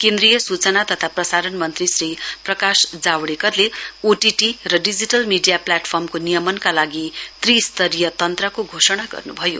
केन्द्रीय सूचना तथा प्रसरण मन्त्री श्री प्रकाश जावड़ेकरले ओटीटी र डिजिटल मीडिया प्लेटफर्मको नियमनका लागि त्रिस्तरीय तन्त्रको घोषणा गर्नुभयो